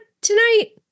tonight